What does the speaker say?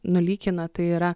nulykina tai yra